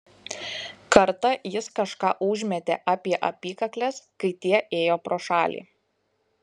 kartą jis kažką užmetė apie apykakles kai tie ėjo pro šalį